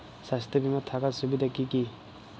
স্বাস্থ্য বিমা থাকার সুবিধা কী কী?